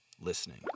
listening